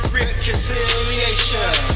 reconciliation